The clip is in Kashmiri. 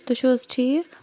تُہُۍ چھِو حظ ٹھیٖک